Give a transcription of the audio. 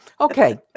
Okay